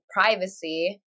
privacy